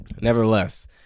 Nevertheless